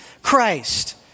Christ